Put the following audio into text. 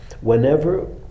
whenever